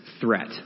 threat